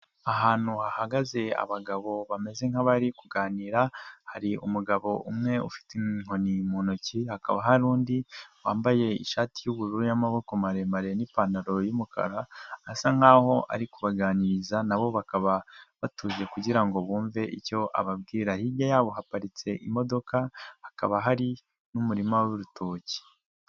Ahantu hahagaze abagabo bameze nk'abari kuganira, hari umugabo umwe ufite inkoni mu ntoki, hakaba hari undi wambaye ishati y'ubururu y'amaboko maremare n'ipantaro y'umukara, asa nk'aho ari kubaganiriza na bo bakaba batuje kugira ngo bumve icyo ababwira, hirya yabo haparitse imodoka hakaba hari n'umurima w'urutoki.